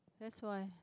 that's why